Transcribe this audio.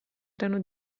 erano